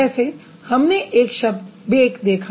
जैसे हमने एक शब्द 'bake' देखा